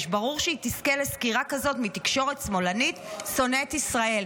ברור שהיא תזכה לסקירה כזאת מתקשורת שמאלנית שונאת ישראל".